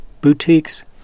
boutiques